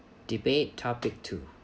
debate topic two